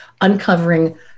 uncovering